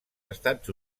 estats